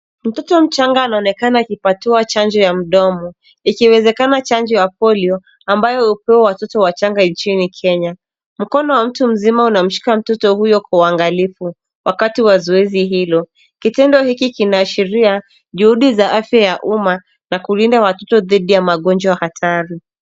Mtoto mchanga anaonekana akipatiwa chanjo ya mdomo, ikiwezekana chanjo ya polio , ambayo hupewa watoto wachanga nchini Kenya. Mkono wa mtu mzima unamshika mtoto huyo kwa uangalifu, wakati wa zoezi hilo. Kitendo hiki kinaashiria juhudi za afya ya umma na kulinda watoto dhidi ya magonjwa hatari.